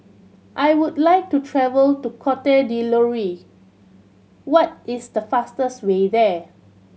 I would like to travel to Cote D'Ivoire what is the fastest way there